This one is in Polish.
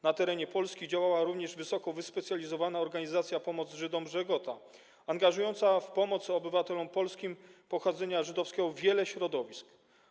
Na terenie Polski działała również wysoko wyspecjalizowana organizacja Rada Pomocy Żydom „Żegota”, angażująca w pomoc obywatelom polskim pochodzenia żydowskiego wiele środowisk.